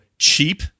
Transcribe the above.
cheap